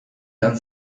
lan